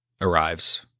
arrives